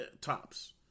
tops